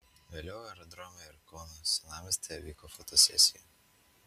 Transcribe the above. vėliau aerodrome ir kauno senamiestyje vyko fotosesija